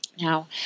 Now